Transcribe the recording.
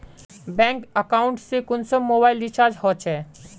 Bank account से कुंसम mobile recharge होचे?